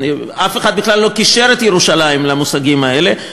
אף אחד בכלל לא קישר את ירושלים למושגים האלה,